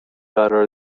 قرار